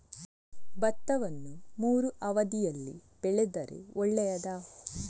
ಭತ್ತವನ್ನು ಮೂರೂ ಅವಧಿಯಲ್ಲಿ ಬೆಳೆದರೆ ಒಳ್ಳೆಯದಾ?